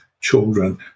children